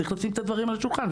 צריך לשים את הדברים על השולחן,